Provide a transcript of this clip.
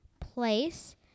place